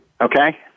Okay